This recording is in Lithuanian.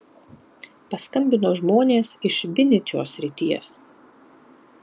paskambino žmonės iš vinycios srities